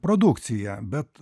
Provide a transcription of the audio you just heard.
produkcija bet